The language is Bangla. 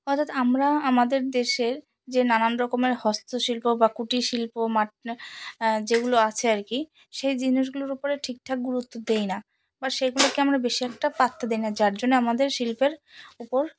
অর্থাৎ আমরা আমাদের দেশের যে নানান রকমের হস্তশিল্প বা কুটির শিল্প মাট যেগুলো আছে আর কি সেই জিনিসগুলোর উপরে ঠিক ঠাক গুরুত্ব দিই না বা সেগুলোকে আমরা বেশি একটা পাত্তা দিই না যার জন্য আমাদের শিল্পের উপর